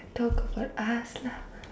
talk about us lah